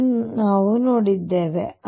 ಅನ್ನು ನಾವು ನೋಡಿದ್ದೇವೆ